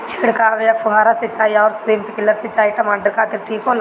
छिड़काव या फुहारा सिंचाई आउर स्प्रिंकलर सिंचाई टमाटर खातिर ठीक होला?